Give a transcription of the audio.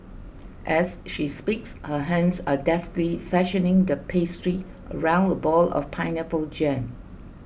as she speaks her hands are deftly fashioning the pastry around a ball of pineapple jam